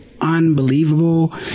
Unbelievable